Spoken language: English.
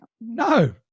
No